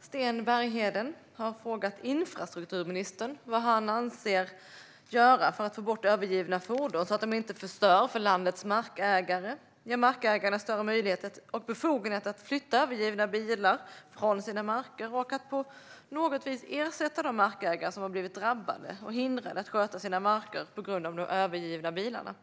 Sten Bergheden har frågat infrastrukturministern vad han avser att göra för att få bort övergivna fordon så att de inte förstör för landets markägare, ge markägarna större möjligheter och befogenheter att flytta övergivna bilar från sina marker och att på något vis ersätta de markägare som har blivit drabbade och hindrade att sköta sina marker på grund av de övergivna bilarna.